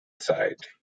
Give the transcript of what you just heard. side